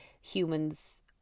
humans